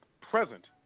present